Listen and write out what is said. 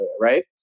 right